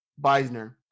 Beisner